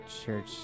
church